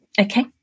Okay